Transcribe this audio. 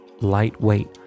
lightweight